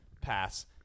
pass